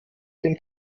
dem